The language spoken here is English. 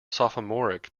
sophomoric